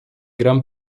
gran